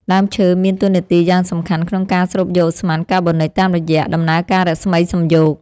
ដើមឈើមានតួនាទីយ៉ាងសំខាន់ក្នុងការស្រូបយកឧស្ម័នកាបូនិកតាមរយៈដំណើរការរស្មីសំយោគ។